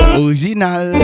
original